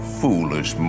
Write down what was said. foolish